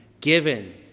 given